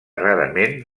rarament